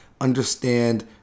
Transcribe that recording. understand